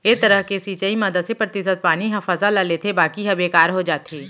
ए तरह के सिंचई म दसे परतिसत पानी ह फसल ल लेथे बाकी ह बेकार हो जाथे